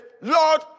Lord